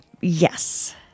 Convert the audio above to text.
Yes